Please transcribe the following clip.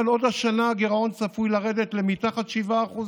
אבל עוד השנה הגירעון צפוי לרדת מתחת ל-7%.